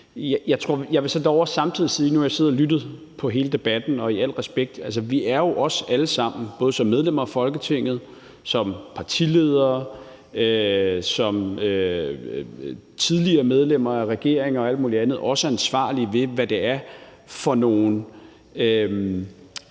jeg dog samtidig sige: Vi er jo alle sammen – både som medlemmer af Folketinget, som partiledere, som tidligere medlemmer af regeringer og alt muligt andet – ansvarlige for, hvad det er for nogle